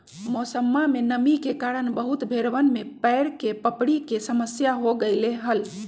मौसमा में नमी के कारण बहुत भेड़वन में पैर के पपड़ी के समस्या हो गईले हल